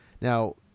Now